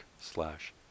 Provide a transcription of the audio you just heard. slash